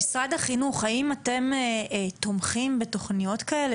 משרד החינוך, האם אתם תומכים בתכניות כאלה?